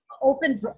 Open